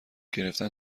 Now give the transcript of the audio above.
گرفتن